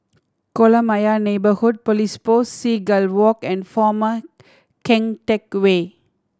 Kolam Ayer Neighbourhood Police Post Seagull Walk and Former Keng Teck Whay